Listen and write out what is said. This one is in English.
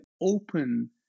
open